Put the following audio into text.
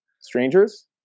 strangers